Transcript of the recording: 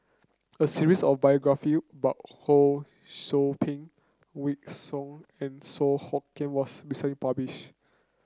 a series of biography about Ho Sou Ping Wykidd Song and Song Hoot Kiam was recent publish